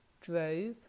drove